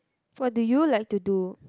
what do you like to do